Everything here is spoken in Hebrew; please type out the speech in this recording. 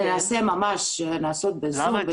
ננסה ממש לעשות בזום,